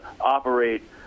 operate